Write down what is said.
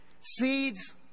Seeds